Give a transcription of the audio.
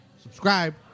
Subscribe